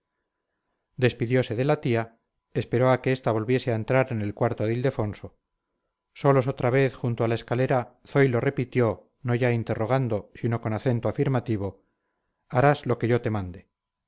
despidiose de la tía esperó a que esta volviese a entrar en el cuarto de ildefonso solos otra vez junto a la escalera zoilo repitió no ya interrogando sino con acento afirmativo harás lo que te mande